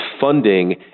funding